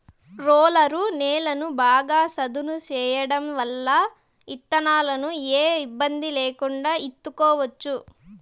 roller నేలను బాగా సదును చేయడం వల్ల ఇత్తనాలను ఏ ఇబ్బంది లేకుండా ఇత్తుకోవచ్చు